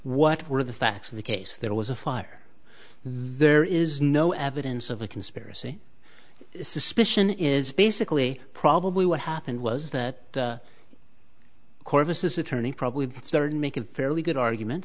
what were the facts of the case there was a fire there is no evidence of a conspiracy suspicion is basically probably what happened was that corvus attorney probably the third make a fairly good argument